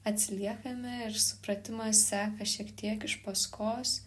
atsiliekame ir supratimas seka šiek tiek iš paskos